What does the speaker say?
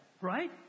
right